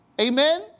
Amen